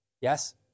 Yes